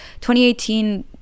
2018